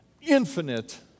infinite